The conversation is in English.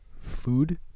food